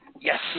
Yes